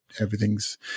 everything's